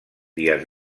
dies